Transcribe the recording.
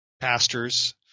pastors